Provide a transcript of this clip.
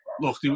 look